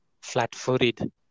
flat-footed